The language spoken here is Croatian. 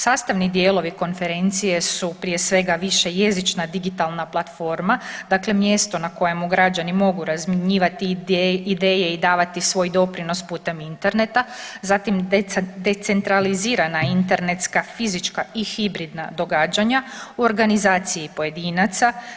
Sastavni dijelovi Konferencije su prije svega jezična digitalna platforma, dakle mjesto na kojemu građani mogu razmjenjivati ideje i davati svoj doprinos putem interneta, zatim decentralizirana internetska fizička i hibridna događanja u organizaciji pojedinaca.